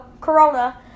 corona